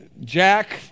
Jack